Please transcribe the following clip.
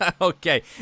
okay